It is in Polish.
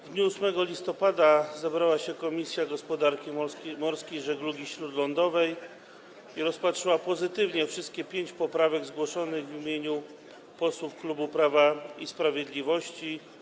W dniu 8 listopada zebrała się Komisja Gospodarki Morskiej i Żeglugi Śródlądowej i pozytywnie rozpatrzyła wszystkie 5 poprawek zgłoszonych w imieniu posłów klubu Prawa i Sprawiedliwości.